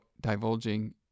divulging